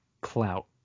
clout